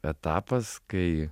etapas kai